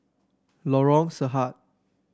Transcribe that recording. Lorong Sahad